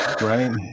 right